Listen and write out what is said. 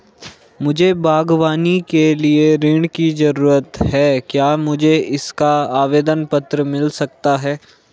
मुझे बागवानी के लिए ऋण की ज़रूरत है क्या मुझे इसका आवेदन पत्र मिल सकता है?